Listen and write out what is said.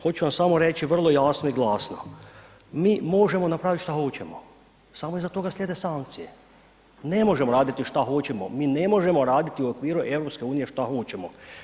Hoću vam samo reći vrlo jasno i glasno, mi možemo napraviti šta hoćemo, samo iza toga slijede sankcije, ne možemo raditi šta hoćemo, mi ne možemo raditi u okviru Europske unije šta hoćemo.